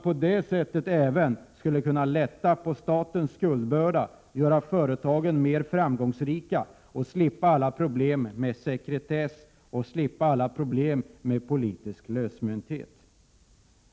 På det sättet skulle man även kunna lätta på statens skuldbörda, göra företagen mer framgångsrika och slippa alla problem med sekretess och politisk lösmynthet.